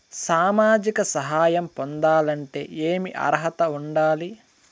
సామాజిక సహాయం పొందాలంటే ఏమి అర్హత ఉండాలి?